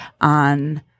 on